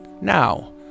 Now